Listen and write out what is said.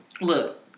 look